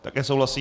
Také souhlasí.